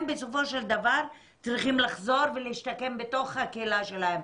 הם בסופו של דבר צריכים לחזור ולהשתקם בתוך הקהילה שלהם,